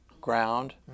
ground